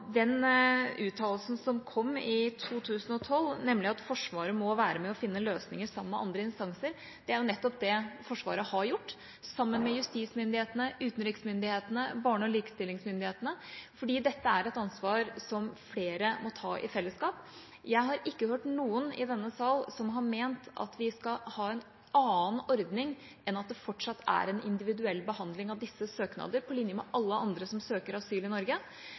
finne løsninger sammen med andre instanser, er det nettopp det Forsvaret har gjort – sammen med justismyndighetene, utenriksmyndighetene, barne- og likestillingsmyndighetene – fordi dette er et ansvar som flere må ta i fellesskap. Jeg har ikke hørt noen i denne sal som har ment at vi skal ha en annen ordning enn at det fortsatt er en individuell behandling av disse søknader, på linje med alle andre som søker asyl i Norge.